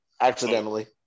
accidentally